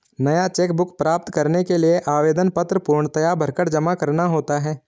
नया cheque book प्राप्त करने के लिए आवेदन पत्र पूर्णतया भरकर जमा करना होता है